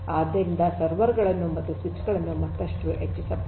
ಆದ್ದರಿಂದ ಸರ್ವರ್ ಗಳನ್ನೂ ಮತ್ತು ಸ್ವಿಚ್ ಗಳನ್ನೂ ಮತ್ತಷ್ಟು ಹೆಚ್ಚಿಸಬಹುದು